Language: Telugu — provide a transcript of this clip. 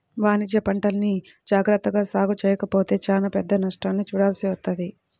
వాణిజ్యపంటల్ని జాగర్తగా సాగు చెయ్యకపోతే చానా పెద్ద నష్టాన్ని చూడాల్సి వత్తది